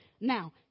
Now